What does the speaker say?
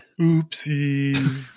Oopsie